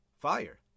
fire